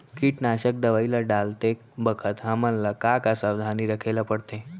कीटनाशक दवई ल डालते बखत हमन ल का का सावधानी रखें ल पड़थे?